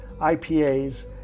IPAs